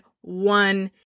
one